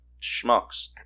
schmucks